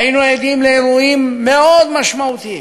היינו עדים לאירועים מאוד משמעותיים,